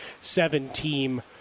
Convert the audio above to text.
seven-team